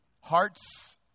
Hearts